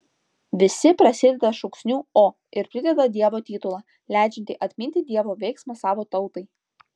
visi prasideda šūksniu o ir prideda dievo titulą leidžiantį atminti dievo veiksmą savo tautai